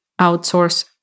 outsource